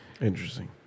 Interesting